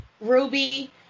Ruby